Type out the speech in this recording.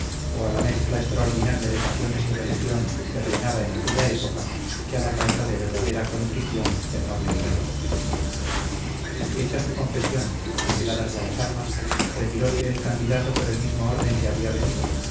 o a la mezcla extraordinaria de pasiones y religión que reinaba en aquella época que a la falta de verdadera contrición del noble hidalgo hecha su confesión y veladas ya las armas retiróse el candidato por el mismo orden que había venido